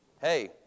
hey